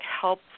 help